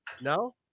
No